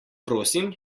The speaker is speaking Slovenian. prosim